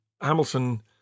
Hamilton